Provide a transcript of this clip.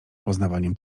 poznawaniem